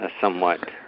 somewhat